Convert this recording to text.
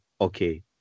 okay